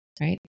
Right